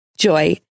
Joy